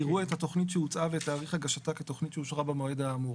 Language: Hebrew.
יראו את התכנית שהוצעה ואת תאריך הגשתה כתכנית שהוגשה במועד האמור".